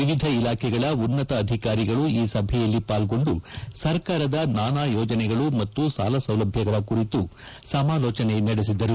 ಎವಿಧ ಇಲಾಖೆಗಳ ಉನ್ನತ ಅಧಿಕಾರಿಗಳು ಈ ಸಭೆಯಲ್ಲಿ ಪಾಲ್ಗೊಂಡು ಸರ್ಕಾರದ ನಾನಾ ಯೋಜನೆಗಳು ಮತ್ತು ಸಾಲ ಸೌಲಭ್ವಗಳ ಕುರಿತು ಸಮಾಲೋಚನೆ ನಡೆಸಿದರು